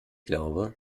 glaube